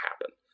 happen